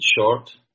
short